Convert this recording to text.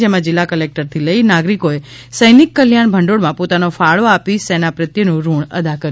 જેમાં જિલ્લા કલેક્ટરથી લઇ નાગરિકોએ સૈનિક કલ્યાણ ભંડોળમાં પોતાનો ફાળો આપી સેના પ્રત્યેનું ઋણ અદા કર્યું હતું